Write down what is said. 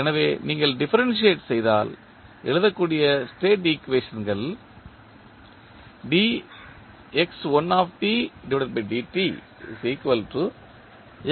எனவே நீங்கள் டிஃப்பரென்ஷியேட் செய்தால் எழுதக்கூடிய ஸ்டேட் ஈக்குவேஷன்கள் ஆகும்